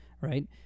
right